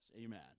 Amen